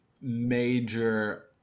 major